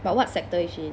but what sector is she in